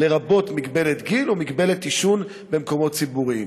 לרבות מגבלת גיל או מגבלת עישון במקומות ציבוריים.